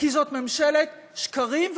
כי זאת ממשלת שקרים,